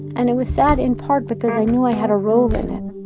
and it was sad, in part, because i knew i had a role in in